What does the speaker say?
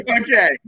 Okay